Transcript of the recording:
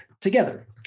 together